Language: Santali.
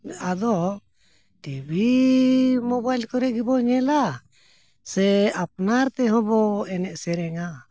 ᱟᱫᱚ ᱴᱤᱵᱷᱤ ᱢᱳᱵᱟᱭᱤᱞ ᱠᱚᱨᱮ ᱜᱮᱵᱚᱱ ᱧᱮᱞᱟ ᱥᱮ ᱟᱯᱱᱟᱨ ᱛᱮᱦᱚᱸ ᱵᱚᱱ ᱮᱱᱮᱡ ᱥᱮᱨᱮᱧᱟ